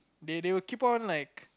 they they will keep on like